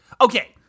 Okay